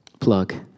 Plug